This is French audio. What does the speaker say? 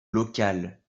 locale